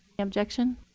objection?